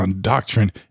doctrine